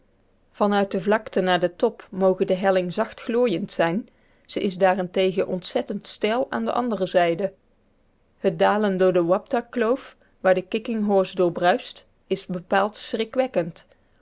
uit de vlakte naar den top moge de helling zacht glooiend zijn ze is daarentegen ontzettend steil aan de andere zijde het dalen door de wapta kloof waar de kicking horse door bruist is bepaald